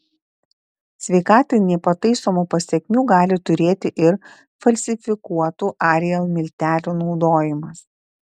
sveikatai nepataisomų pasekmių gali turėti ir falsifikuotų ariel miltelių naudojimas